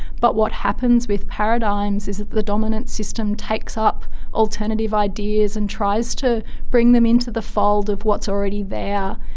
but what happens with paradigms is that the dominant system takes up alternative ideas and tries to bring them into the fold of what's already there.